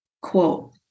Quote